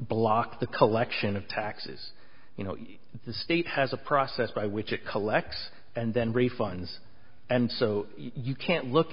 block the collection of taxes you know the state has a process by which it collects and then refunds and so you can't look